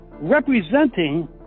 representing